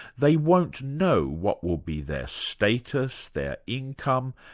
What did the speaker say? they won't know what will be their status, their income,